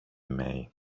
mig